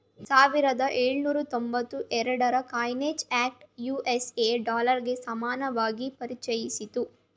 ಸಾವಿರದ ಎಳುನೂರ ತೊಂಬತ್ತ ಎರಡುರ ಕಾಯಿನೇಜ್ ಆಕ್ಟ್ ಯು.ಎಸ್.ಎ ಡಾಲರ್ಗೆ ಸಮಾನವಾಗಿ ಪರಿಚಯಿಸಿತ್ತು